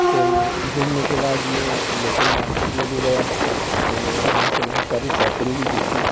फिर घुमने के बाद में लोकल मार्केट में भी गया फिर मैंने वहाँ से बहुत सारी शॉपिंग भी की थी